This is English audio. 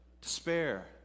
despair